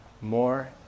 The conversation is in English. more